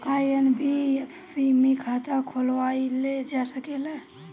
का एन.बी.एफ.सी में खाता खोलवाईल जा सकेला?